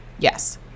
Yes